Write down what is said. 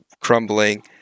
crumbling